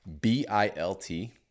B-I-L-T